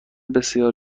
بسیار